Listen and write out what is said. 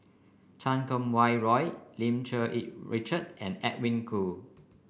Chan Kum Wah Roy Lim Cherng Yih Richard and Edwin Koo